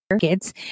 kids